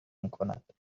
میکند